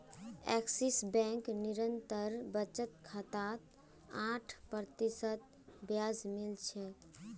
axis bank निरंतर बचत खातात आठ प्रतिशत ब्याज मिल छेक